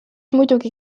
muidugi